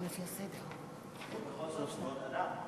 כבוד אדם.